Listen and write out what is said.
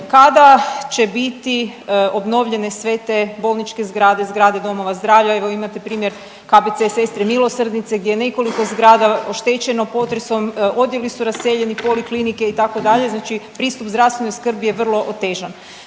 Kada će biti obnovljene sve te bolničke zgrade, zgrade domova zdravlja, evo imate primjer KBC Sestre milosrdnice gdje he nekoliko zgrada oštećeno potresom, odjeli su raseljeni, poliklinike itd., znači pristup zdravstvenoj skrbi je vrlo otežan.